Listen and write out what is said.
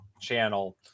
channel